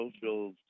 social